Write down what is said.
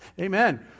Amen